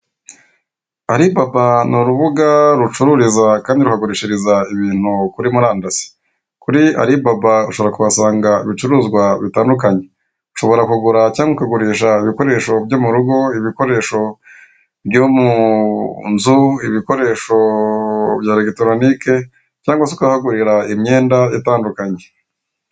Alibaba ni urubuga rucururiza kandi rukagurishiriza ibintu kuri murandasi. Kuri alibaba ushobora kuhasanga ibicuruzwa bitandukanye, ushobora kugura cyangwa ukagurisha ibikoresho byo mu rugo, ibikoresho byo mu nzu, ibikoresho bya eregitoronike cyangwa se ukaba wahagurira imyenda itandukanye.